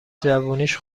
جوونیش